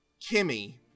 Kimmy